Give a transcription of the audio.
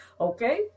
Okay